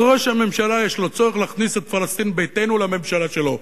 אז לראש הממשלה יש צורך להכניס את "פלסטין ביתנו" לממשלה שלו.